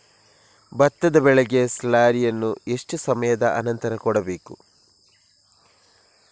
ಭತ್ತದ ಬೆಳೆಗೆ ಸ್ಲಾರಿಯನು ಎಷ್ಟು ಸಮಯದ ಆನಂತರ ಕೊಡಬೇಕು?